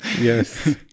Yes